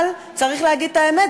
אבל צריך להגיד את האמת,